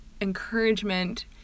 encouragement